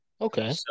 okay